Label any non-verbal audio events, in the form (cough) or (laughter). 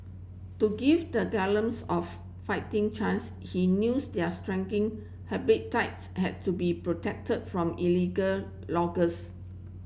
to give the (unintelligible) of fighting chance he knew (unintelligible) their shrinking habitats had to be protected from illegal loggers